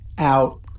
out